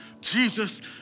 Jesus